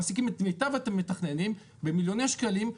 מעסיקים את מיטב המתכננים במיליוני שקלים.